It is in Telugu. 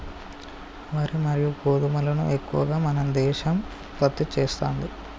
వరి మరియు గోధుమలను ఎక్కువ మన దేశం ఉత్పత్తి చేస్తాంది